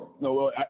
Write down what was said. No